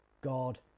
God